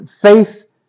faith